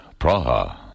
Praha. (